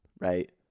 right